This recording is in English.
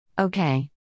Okay